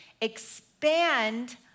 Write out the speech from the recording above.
expand